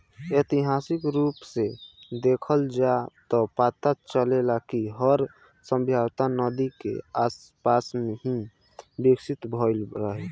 ऐतिहासिक रूप से देखल जाव त पता चलेला कि हर सभ्यता नदी के आसपास ही विकसित भईल रहे